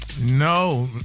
No